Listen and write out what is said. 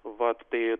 vat tai